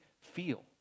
feel